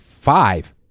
five